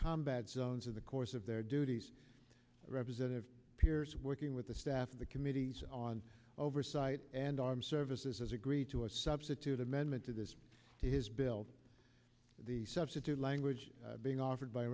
combat zones in the course of their duties representative peers working with the staff of the committees on oversight and armed services has agreed to a substitute amendment to this his bill the substitute language being offered by